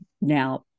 Now